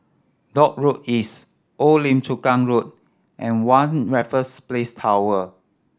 Dock Road East Old Lim Chu Kang Road and One Raffles Place Tower